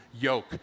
yoke